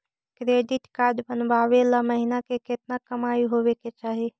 Credit card बनबाबे ल महीना के केतना कमाइ होबे के चाही?